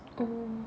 oh